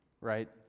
right